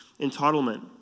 Entitlement